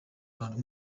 ruhando